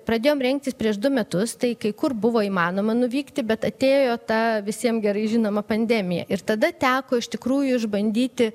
pradėjom rengtis prieš du metus tai kai kur buvo įmanoma nuvykti bet atėjo ta visiem gerai žinoma pandemija ir tada teko iš tikrųjų išbandyti